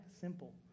simple